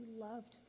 loved